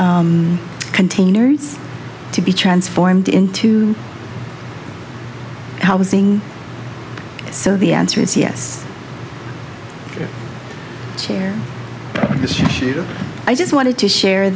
containers to be transformed into housing so the answer is yes share issue i just wanted to share